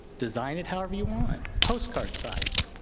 design it however you want. postcard size.